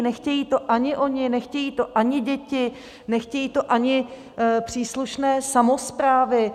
Nechtějí to ani oni, nechtějí to ani děti, nechtějí to ani příslušné samosprávy.